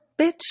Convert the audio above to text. bitch